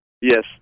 Yes